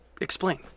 explain